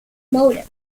motor